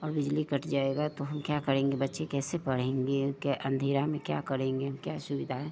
और बिजली कट जाएगा तो हम क्या करेंगे बच्चे कैसे पढ़ेंगे क्या अंधेरा में क्या करेंगे क्या सुविधा है